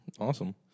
Awesome